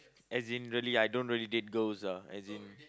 as in really I don't really date girls ah as in